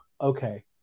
okay